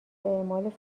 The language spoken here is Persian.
اعمال